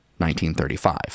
1935